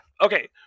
Okay